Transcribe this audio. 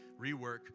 rework